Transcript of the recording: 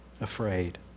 afraid